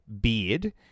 beard